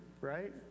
Right